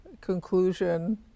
conclusion